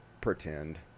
pretend